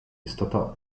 istota